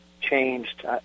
changed